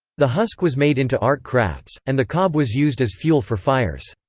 the husk was made into art crafts, and the cob was used as fuel for fires.